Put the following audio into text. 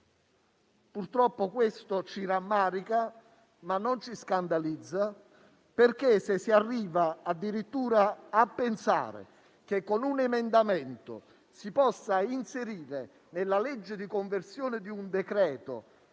decreto. Ciò ci rammarica, ma non ci scandalizza perché, se si arriva a pensare che con un emendamento si possa inserire nella legge di conversione di un decreto